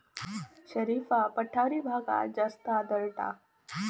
शरीफा पठारी भागात जास्त आढळता